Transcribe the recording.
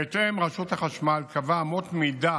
בהתאם, רשות החשמל קבעה אמות מידה